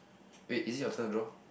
wait is it your turn though